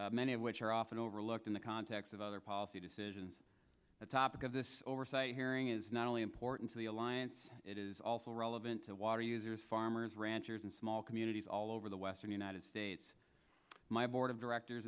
reasons many of which are often overlooked in the context of other policy decisions the topic of this oversight hearing is not only important to the alliance it is also relevant to water users farmers ranchers and small communities all over the western united states my board of directors